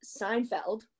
seinfeld